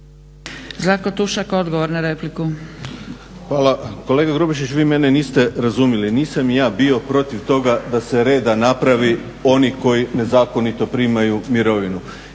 laburisti - Stranka rada)** Hvala. Kolega Grubišić vi mene niste razumili. Nisam ja bio protiv toga da se reda napravi, onih koji nezakonito primaju mirovinu.